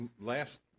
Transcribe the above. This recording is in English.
last